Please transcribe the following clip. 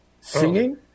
Singing